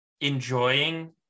enjoying